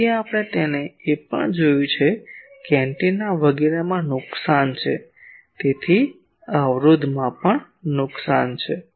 તેથી આપણે એ પણ જોયું છે કે એન્ટેના વગેરેમાં નુકસાન છે તેથી અવરોધમાં પણ નુકસાન છે